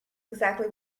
exactly